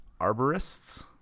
Arborists